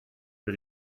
für